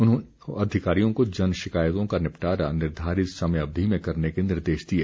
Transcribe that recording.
उन्होंने अधिकारियों को जन शिकायतों का निपटारा निर्धारित समय अवधि में करने के निर्देश दिए